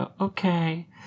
okay